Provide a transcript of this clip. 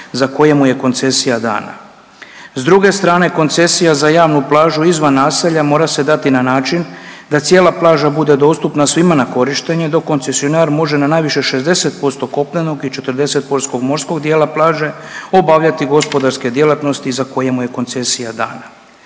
za koje mu je koncesija dana. S druge strane koncesija za javnu plažu izvan naselja mora se dati na način da cijela plaža bude dostupna svima na korištenje dok koncesionar može na najviše 60% kopnenog i 40% morskog dijela plaže obavljati gospodarske djelatnosti za koje mu je koncesija dana.